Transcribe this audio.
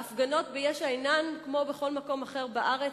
ההפגנות ביש"ע אינן כמו בכל מקום אחר בארץ,